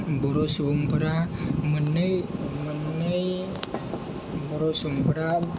बर' सुबुंफोरा मोन्नै मोन्नै बर' सुबुंफोरा